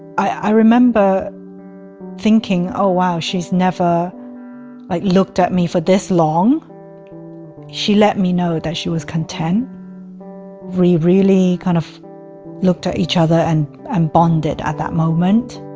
i remember thinking oh wow she's never like looked at me for this long she let me know that she was content really really kind of looked at each other and and bonded at that moment